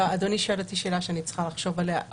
אדוני שואל אותי שאלה שאני צריכה לחשוב עליה,